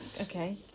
Okay